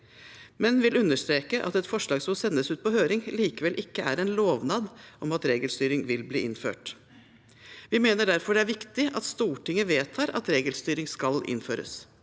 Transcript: men vil understreke at et forslag som sendes ut på høring, likevel ikke er en lovnad om at regelstyring vil bli innført. Vi mener derfor det er viktig at Stortinget vedtar at regelstyring skal innføres.